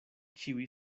ĉiuj